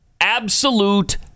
absolute